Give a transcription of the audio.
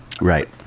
Right